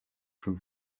from